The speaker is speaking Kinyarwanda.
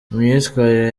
imyitwarire